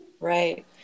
right